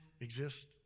exist